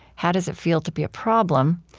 how does it feel to be a problem?